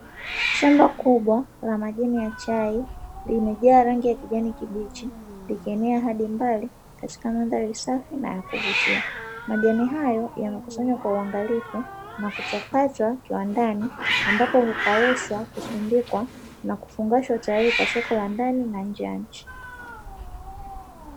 Shamba kubwa la majani ya chai, limejaa rangi ya kijani kibichi, likienea hadi mbali katika mandhari safi na ya kuvutia. Majani hayo yamekusanywa kwa uangalifu na kuchakatwa kiwandani, ambapo hukaushwa, kusindikwa na kufungashwa tayari kwa soko la ndani na nje ya nchi.